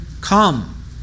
come